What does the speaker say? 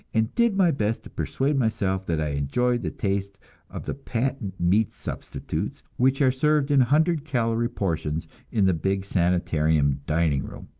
and did my best to persuade myself that i enjoyed the taste of the patent meat-substitutes which are served in hundred calory portions in the big sanitarium dining-room.